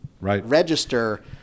register